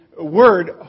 word